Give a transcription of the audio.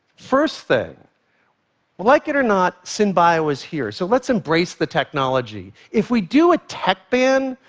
first thing like it or not, synbio is here, so let's embrace the technology. if we do a tech ban,